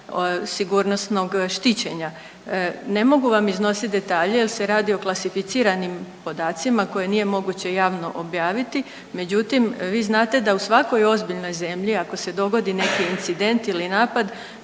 Ne mogu vam iznositi detalje jer se radi o klasificiranim podacima koje nije moguće javno objaviti, međutim vi znate da u svakoj ozbiljnoj zemlji ako se dogodi neki incident ili napad